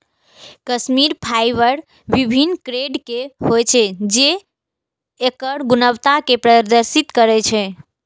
Kashmiri fibre विभिन्न grade के होइ छै, जे एकर गुणवत्ता कें प्रदर्शित करै छै